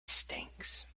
stinks